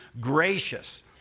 gracious